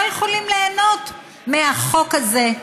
לא יכולים ליהנות מהחוק הזה.